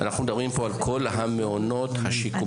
אנחנו מדברים פה על כל המעונות השיקומיים.